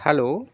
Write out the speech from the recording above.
hello